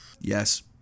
yes